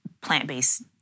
plant-based